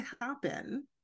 happen